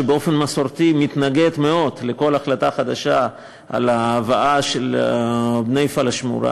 שבאופן מסורתי מתנגד מאוד לכל החלטה חדשה על ההבאה של בני הפלאשמורה,